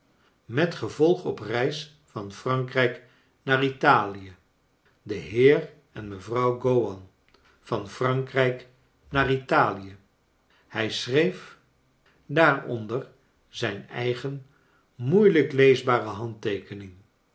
met gevolg op reis van erankrijk naar italie de heer en mevrouw gowan van erankrijk naar italie hij schreef daar onder zijn eigen moeilijk leesbare handteekening